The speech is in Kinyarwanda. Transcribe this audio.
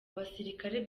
basirikare